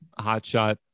hotshot